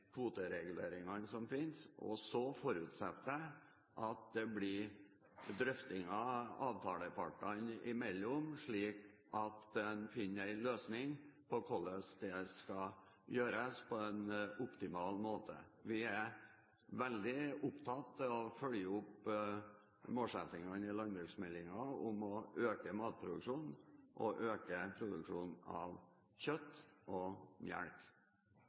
kvotereguleringene som finnes. Så forutsetter jeg at det blir drøftinger mellom avtalepartene, slik at en finner en løsning på hvordan dette skal gjøres på en optimal måte. Vi er veldig opptatt av å følge opp målsettingene i landbruksmeldingen om å øke matproduksjonen – å øke produksjonen av kjøtt og melk.